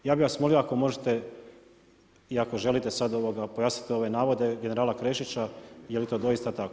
Ja bih vas molio ako možete i ako želite sad pojasniti ove navode generala Krešića je li to doista tako.